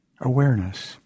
awareness